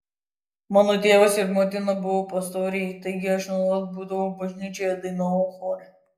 mano tėvas ir motina buvo pastoriai taigi aš nuolat būdavau bažnyčioje dainavau chore